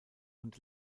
und